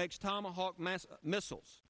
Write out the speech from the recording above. makes tomahawk mass missiles